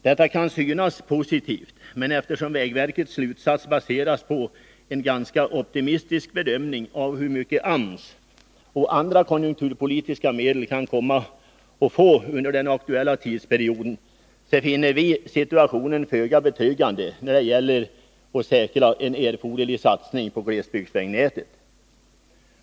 Detta kan synas positivt, men eftersom vägverkets slutsats baseras på en ganska optimistisk bedömning av hur mycket AMS-medel och andra konjunkturpolitiska medel man kommer att få under den aktuella tidsperioden, finner vi situationen föga betryggande när det gäller att säkra en erforderlig satsning på glesbygdsvägnätet.